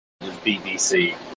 bbc